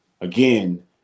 again